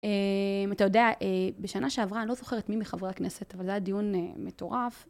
אתה יודע, בשנה שעברה, אני לא זוכרת מי מחברי הכנסת, אבל זה היה דיון מטורף.